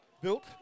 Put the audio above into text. built